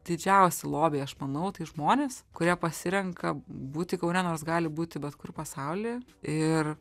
didžiausi lobiai aš manau tai žmonės kurie pasirenka būti kaune nors gali būti bet kur pasauly ir